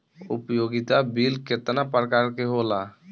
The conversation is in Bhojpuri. उपयोगिता बिल केतना प्रकार के होला?